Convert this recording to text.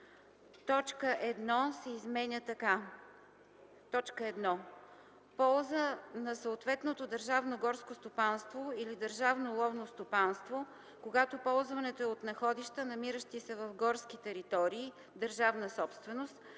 Точка 1 се изменя така: „1. полза на съответното държавно горско стопанство или държавно ловно стопанство, когато ползването е от находища, намиращи се в горски територии – държавна собственост,